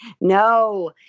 no